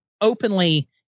openly